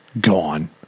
gone